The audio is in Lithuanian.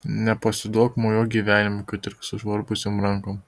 nepasiduok mojuok gyvenimui kad ir sužvarbusiom rankom